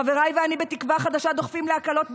חבריי ואני בתקווה חדשה דוחפים להקלות בארנונה,